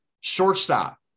shortstop